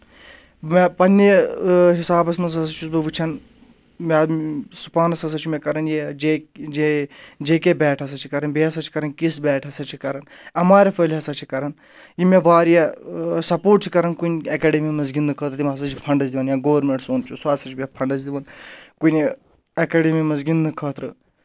مےٚ پَنٕنہِ حِسابَس منٛز ہَسا چھُس بہٕ وٕچھان پانَس ہَسا چھُ مےٚ کَرَان یہِ J J J K bat ہَسا چھِ کَران بیٚیہِ ہَسا چھِ کَران کِس بیٹ ہَسا چھِ کَرَان ایم آر ایف وٲلۍ ہَسا چھِ کَرَان یِم مےٚ واریاہ سَپوٹ چھِ کَرَان کُنہِ اؠکڈمی منٛز گِنٛدنہٕ خٲطرٕ یِم ہَسا چھِ فَنڈٕز دِوان یا گورمؠنٛٹ سون چھُ سُہ ہَسا چھُ مےٚ فَنڈٕز دِوَان کُنہِ اؠکڈمی منٛز گِنٛدنہٕ خٲطرٕ